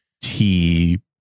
tea